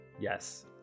Yes